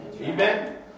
Amen